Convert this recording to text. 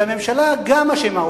שהממשלה גם אשמה,